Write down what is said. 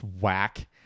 whack